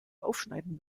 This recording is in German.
aufschneiden